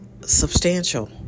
substantial